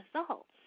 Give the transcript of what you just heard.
results